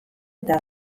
eta